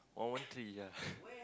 one one three ya